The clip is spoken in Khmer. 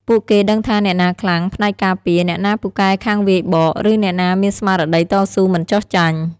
ពួកគេដឹងថាអ្នកណាខ្លាំងផ្នែកការពារ អ្នកណាពូកែខាងវាយបក ឬអ្នកណាមានស្មារតីតស៊ូមិនចុះចាញ់។